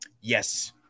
Yes